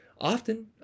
Often